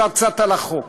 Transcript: קצת על החוק,